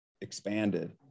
expanded